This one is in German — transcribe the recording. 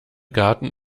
garten